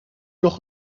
nog